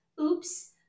Oops